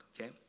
okay